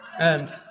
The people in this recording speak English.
and